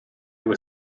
were